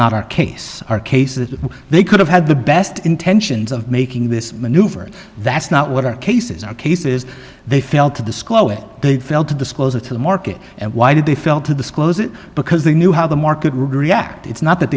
not our case our case that they could have had the best intentions of making this maneuver that's not what our cases are cases they failed to disclose it they failed to disclose it to the market and why did they fell to the school is it because they knew how the market would react it's not that